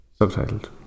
Subtitled